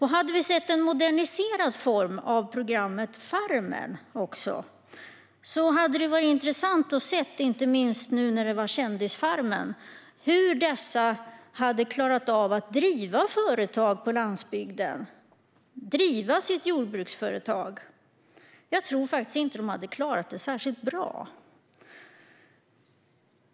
Hade vi fått se programmet Farmen i moderniserad form hade det varit intressant att se, inte minst nu när det var Kändisfarmen , hur deltagarna hade klarat av att driva sitt jordbruksföretag på landsbygden. Jag tror faktiskt inte att de hade klarat det särskilt bra.